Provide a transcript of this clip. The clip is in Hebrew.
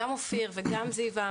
גם אופיר וגם זיוה.